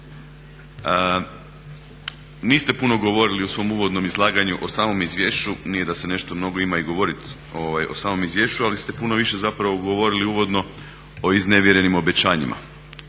niste puno govorili u svom uvodnom izlaganju o samom Izvješću. Nije da se nešto mnogo ima i govoriti o samom Izvješću ali ste puno više zapravo govorili uvodno o iznevjerenim obećanjima.